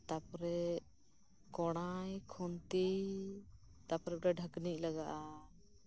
ᱛᱟᱯᱚᱨᱮ ᱠᱚᱲᱟᱭ ᱠᱷᱩᱱᱛᱤ ᱛᱟᱯᱚᱨᱮ ᱢᱤᱫᱴᱮᱡ ᱰᱷᱟᱠᱱᱤᱡ ᱞᱟᱜᱟᱜᱼᱟ